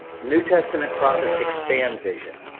new testament prophets expand vision.